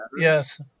Yes